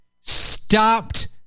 stopped